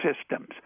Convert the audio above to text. systems